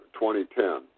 2010